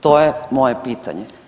To je moje pitanje.